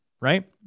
right